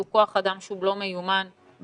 הוא כוח אדם שהוא לא מיומן בהכרח.